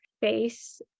face